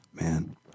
man